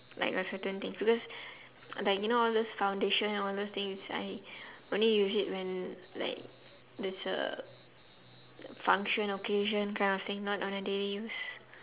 like a certain thing because like you know all those foundation all those things I only use it when like there's a function occasion kind of thing not on a daily use